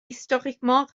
historiquement